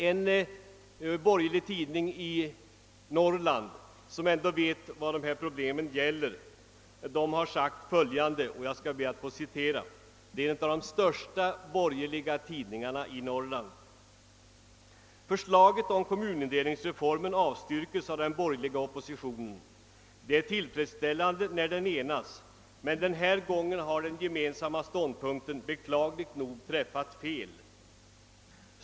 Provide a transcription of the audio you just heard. En av de största borgerliga tidningarna i Norrland som vet vad dessa problem gäller har skrivit: >Förslaget om kommunindelningsreformen avstyrktes av den borgerliga oppositionen. Det är tillfredsställande när den enas. Men den här gången har den gemensamma ståndpunkten beklagligt nog träffat fel.